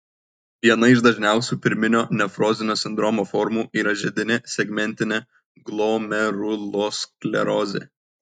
viena iš dažniausių pirminio nefrozinio sindromo formų yra židininė segmentinė glomerulosklerozė